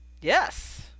Yes